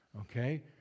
okay